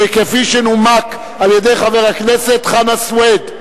כפי שנומקה על-ידי חבר הכנסת חנא סוייד.